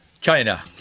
China